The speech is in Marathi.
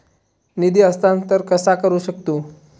निधी हस्तांतर कसा करू शकतू?